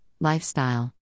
Lifestyle